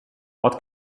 what